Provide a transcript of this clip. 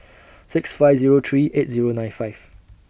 six five Zero three eight Zero nine five